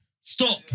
Stop